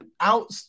out